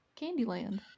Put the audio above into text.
Candyland